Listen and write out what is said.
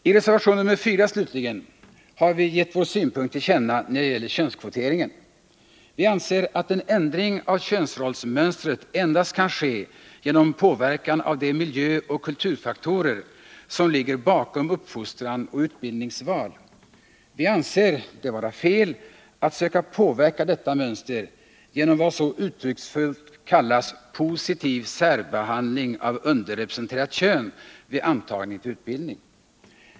I reservationen nr 4, slutligen, har vi gett vår synpunkt till känna när det gäller könskvoteringen. Vi anser att en ändring av könsrollsmönstret endast kan ske genom påverkan av de miljöoch kulturfaktorer som ligger bakom uppfostran och utbildningsval. Vi anser det vara fel att söka påverka detta mönster genom vad som så uttrycksfullt kallas positiv särbehandling av underrepresenterat kön vid antagning till utbildning.